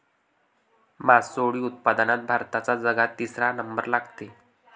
मासोळी उत्पादनात भारताचा जगात तिसरा नंबर लागते